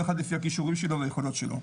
כל אחד לפי הכישורים שלו והיכולות שלו,